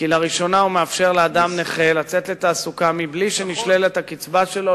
כי לראשונה הוא מאפשר לאדם נכה לצאת לתעסוקה מבלי שנשללת הקצבה שלו,